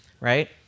right